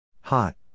Hot